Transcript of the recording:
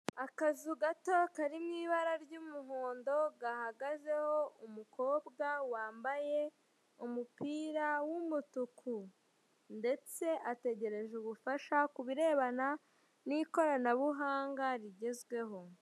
Akazu gato kari mu ibara ry'umuhondo, gahagazeho umukobwa wambaye umupira w'umutuku, ndetse ategereje ubufasha ku birebana n'ikoranabuhanga rigezweho.